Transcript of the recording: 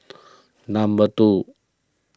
number two